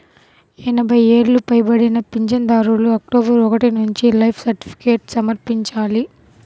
ఎనభై ఏళ్లు పైబడిన పింఛనుదారులు అక్టోబరు ఒకటి నుంచి లైఫ్ సర్టిఫికేట్ను సమర్పించాలి